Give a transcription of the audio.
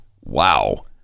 Wow